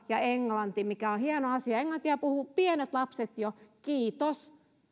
ja englanti mikä on hieno asia englantia puhuvat pienet lapset jo kiitos